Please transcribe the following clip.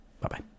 Bye-bye